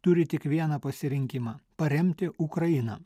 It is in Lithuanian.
turi tik vieną pasirinkimą paremti ukrainą